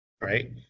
Right